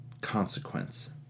consequence